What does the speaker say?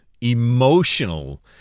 emotional